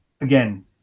Again